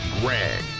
Greg